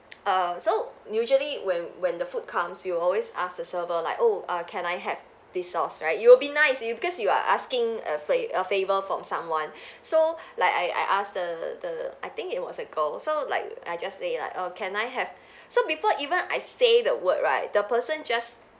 err so usually when when the food comes you will always ask the server like oh err can I have this sauce right you will be nice you because you are asking a fa~ a favour from someone so like I I ask the the I think it was a girl so like I just say lah err can I have so before even I say the word right the person just